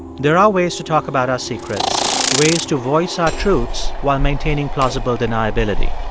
there are ways to talk about our secrets, ways to voice our truths while maintaining plausible deniability.